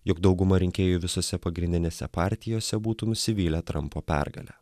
jog dauguma rinkėjų visose pagrindinėse partijose būtų nusivylę trampo pergale